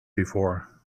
before